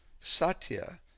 Satya